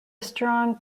strong